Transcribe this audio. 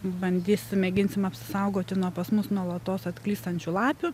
bandysim mėginsim apsaugoti nuo pas mus nuolatos atklystančių lapių